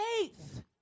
faith